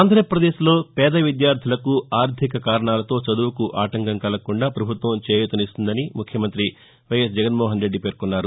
ఆంధ్రప్రదేశ్లో పేద విద్యార్దులకు ఆర్దిక కారణాలతో చదువుకు ఆటంకం కలగకుండా ప్రభుత్వం చేయూతనిస్తుందని ముఖ్యమంత్రి వైఎస్ జగన్మోహన్ రెడ్డి పేర్కొన్నారు